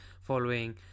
following